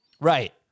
Right